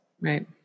Right